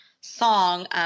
song –